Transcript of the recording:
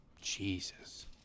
Jesus